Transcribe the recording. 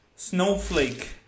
Snowflake